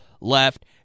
left